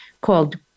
called